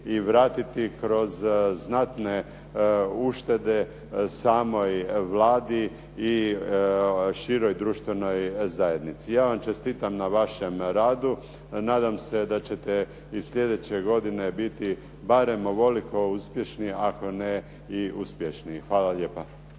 i vratiti kroz znatne uštede samoj Vladi i široj društvenoj zajednici. Ja vam čestitam na vašem radu. Nadam se da ćete i sljedeće godine biti barem ovoliko uspješni ako ne uspješniji. Hvala lijepa.